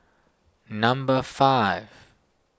number five